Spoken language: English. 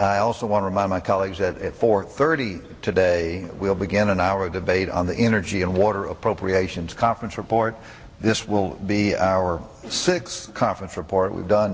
i also want to my my colleagues at four thirty today will begin our debate on the energy and water appropriations conference report this will be our six conference report we've done